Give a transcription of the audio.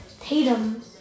Tatum